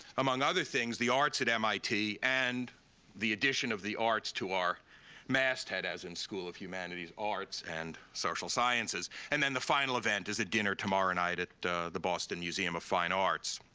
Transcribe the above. among other things, the arts at mit and the addition of the arts to our masthead, as in school of humanities, arts, and social sciences. and then the final event is the dinner tomorrow night at the the boston museum of fine arts.